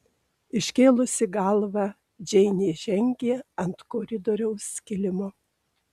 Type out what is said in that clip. iškėlusi galvą džeinė žengė ant koridoriaus kilimo